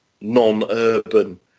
non-urban